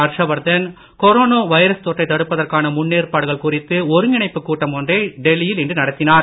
ஹர்ஷவர்தன்கொரோனோ virus தொற்றை தடுப்பதற்கான முன்னேற்பாடுகள் குறித்து ஒருங்கிணைப்பு கூட்டம் ஒன்றை டெல்லியில் இன்று நடத்தினார்